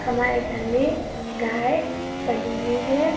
हमारे घर में गाय पली हुई है